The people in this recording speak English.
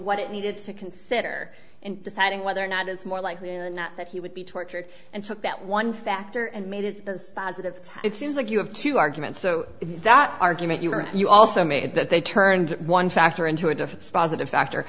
what it needed to consider in deciding whether or not it's more likely that he would be tortured and took that one factor and made it it seems like you have two arguments so that argument you are you also made that they turned one factor into a different spaza to factor